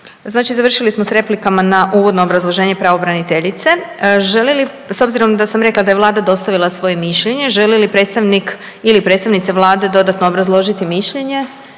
Znači završili smo sa replikama na uvodno obrazloženje pravobraniteljice. Želi li, s obzirom da sam rekla da je Vlada dostavila svoje mišljenje želi li predstavnik ili predstavnice Vlade dodatno obrazložiti mišljenje?